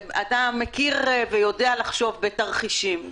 אתה מכיר ויודע לחשוב בתרחישים: